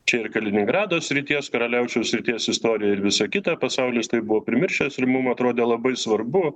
čia ir kaliningrado srities karaliaučiaus srities istorija ir visa kita pasaulis tai buvo primiršęs ir mum atrodė labai svarbu